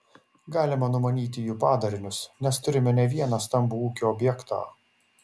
galima numanyti jų padarinius nes turime ne vieną stambų ūkio objektą